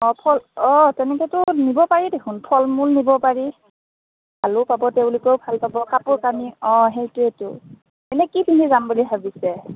অ ফ অ তেনেকৈতো নিব পাৰি দেখোন ফল মূল নিব পাৰি ভালো পাব তেওঁলোকেও ভাল পাব কাপোৰ কানি অ সেইটোৱেতো এনে কি পিন্ধি যাম বুলি ভাবিছে